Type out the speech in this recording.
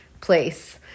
place